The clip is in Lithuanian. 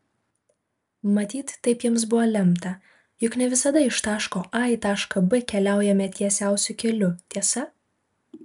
matyt taip jiems buvo lemta juk ne visada iš taško a į tašką b keliaujame tiesiausiu keliu tiesa